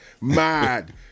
mad